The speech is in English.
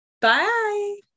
Bye